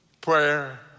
prayer